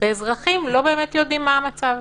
ואזרחים לא באמת יודעים מה המצב.